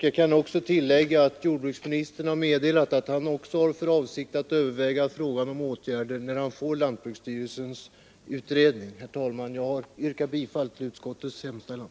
Jag kan tillägga att jordbruksministern har meddelat att också han har för avsikt att överväga frågan om åtgärder när han fått lantbruksstyrelsens utredning. Herr talman! Jag ber att få yrka bifall till utskottets hemställan.